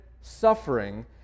suffering